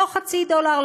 לא חצי דולר,